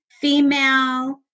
female